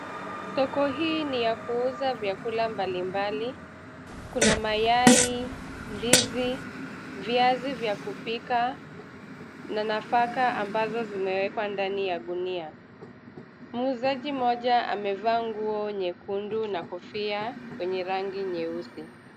Soko hii ni ya kuuza vyakula mbalimbali. Kuna mayai, ndizi, viazi vya kupika, na nafaka ambazo zimewekwa ndani ya gunia. Muuzaji mmoja amevaa nguo nyekundu na kofi wenye rangi nyeusi.